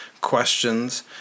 questions